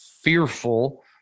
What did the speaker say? fearful